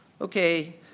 okay